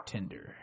Tinder